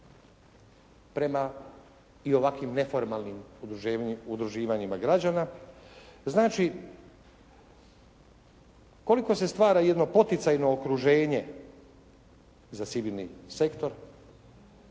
prema i ovakvim neformalnim udruživanjima građana. Znači, koliko se stvara jedno poticajno okruženje za civilni sektor